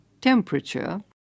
temperature